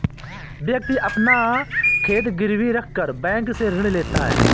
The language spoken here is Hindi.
व्यक्ति अपना खेत गिरवी रखकर बैंक से ऋण लेता है